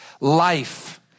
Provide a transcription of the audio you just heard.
Life